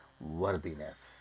worthiness